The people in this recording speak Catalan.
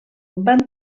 van